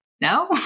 no